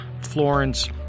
Florence